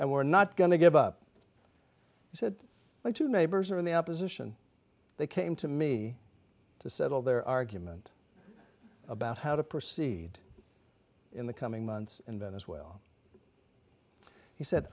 and we're not going to give up he said like two mayberg in the opposition they came to me to settle their argument about how to proceed in the coming months and then as well he said